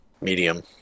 medium